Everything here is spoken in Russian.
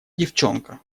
девчонка